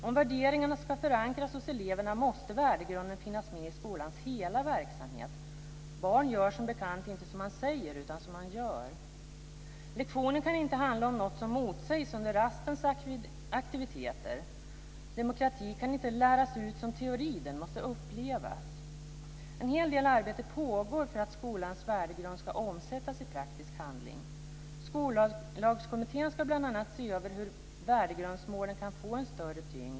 Om värderingarna ska förankras hos eleverna måste värdegrunden finnas med i skolans hela verksamhet. Barn gör som bekant inte som man säger utan som man gör. Lektionen kan inte handla om något som motsägs under rastens aktiviteter. Demokrati kan inte läras ut som teori, den måste upplevas. En hel del arbete pågår för att skolans värdegrund ska omsättas i praktisk handling. Skollagskommittén ska bl.a. se över hur värdegrundsmålen kan få en större tyngd.